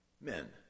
men